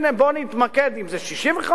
הנה בואו נתמקד אם זה 65,